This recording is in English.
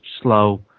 slow